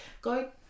go